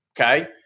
Okay